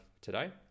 today